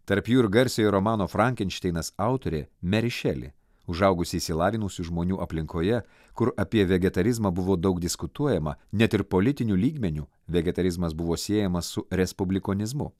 tarp jų ir garsiojo romano frankenšteinas autorė meri šeli užaugusi išsilavinusių žmonių aplinkoje kur apie vegetarizmą buvo daug diskutuojama net ir politiniu lygmeniu vegetarizmas buvo siejamas su respublikonizmu